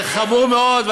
זה חמור מאוד,